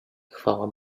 chwała